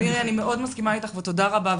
מירי, אני מאוד מסכימה איתך ותודה רבה.